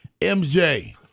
MJ